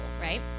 right